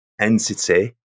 entity